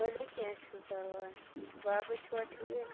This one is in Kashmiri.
ؤلِو کیٚنٛہہ چھُنہٕ پرواے باقٕے چھِوا ٹھیٖک